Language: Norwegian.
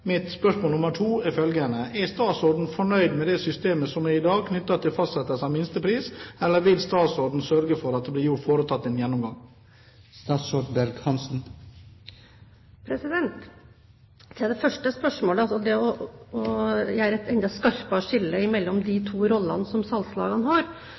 Mitt spørsmål nr. 2 er følgende: Er statsråden fornøyd med det systemet som i dag er knyttet til fastsettelse av minstepris, eller vil statsråden sørge for at det blir foretatt en gjennomgang? Til det første spørsmålet om det å ha et enda skarpere skille mellom de to rollene som salgslagene har,